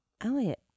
Elliot